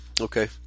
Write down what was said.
okay